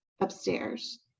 upstairs